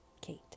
kate